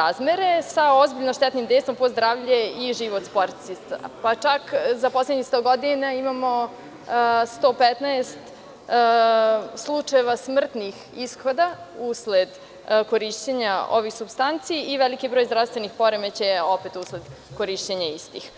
razmere sa ozbiljno štetnim dejstvom po zdravlje i život sportista, pa čak za poslednjih 100 godina imamo 115 slučajeva smrtnih ishoda usled korišćenja ovih supstanci i veliki broj zdravstvenih poremećaja opet usled korišćenja istih.